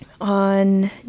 on